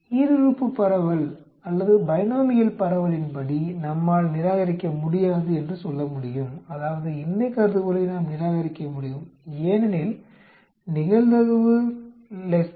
ஈருறுப்பு பரவல் அல்லது பைனோமியல் பரவலின்படி நம்மால் நிராகரிக்க முடியாது என்று சொல்ல முடியும் அதாவது இன்மை கருதுகோளை நாம் நிராகரிக்க முடியும் ஏனெனில் நிகழ்தகவு 0